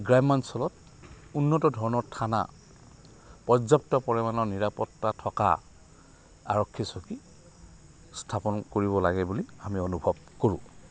গ্ৰাম্যাঞ্চলত উন্নত ধৰণৰ থানা পৰ্যাপ্ত পৰিমাণৰ নিৰাপত্তা থকা আৰক্ষী চকী স্থাপন কৰিব লাগে বুলি আমি অনুভৱ কৰোঁ